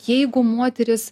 jeigu moteris